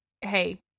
hey